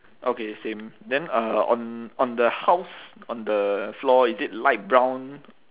okay same then uh on on the house on the floor is it light brown